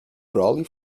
brolly